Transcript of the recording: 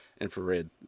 infrared